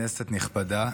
כנסת נכבדה,